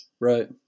Right